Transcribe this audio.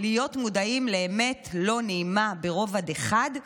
להיות מודעים לאמת לא נעימה ברובד אחד,